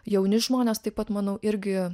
jauni žmonės taip pat manau irgi